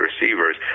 receivers